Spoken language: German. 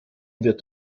wird